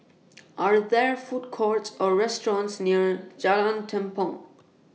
Are There Food Courts Or restaurants near Jalan Tepong